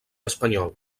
espanyol